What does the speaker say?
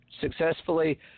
successfully